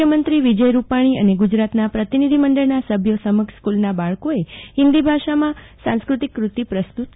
મુખ્યમંત્રી વિજય રૂપાણી અને ગુજરાતના પ્રતિનિધિમંડળના સભ્યો સમક્ષ સ્કુલના બાળકોએ હિન્દી ભાષામાં સાંસ્કૃતિક કૃતિ પ્રસ્તુત કરી હતી